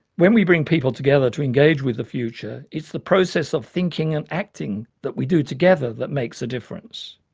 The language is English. when we bring people together to engage with the future it's the process of thinking and acting that we do together that makes a difference.